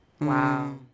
Wow